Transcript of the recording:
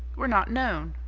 we're not known.